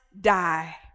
die